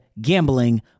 gambling